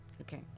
Okay